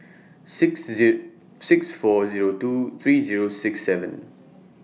six six four Zero two three Zero six seven